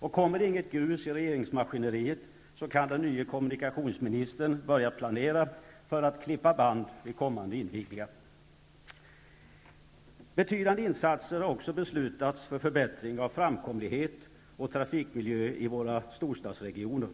och kommer inget grus i regeringsmaskineriet så kan den nye kommunikationsministern börja planera för att klippa band vid kommande invigningar. Betydande insatser har också beslutats för förbättring av framkomlighet och trafikmiljö i våra storstadsregioner.